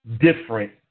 different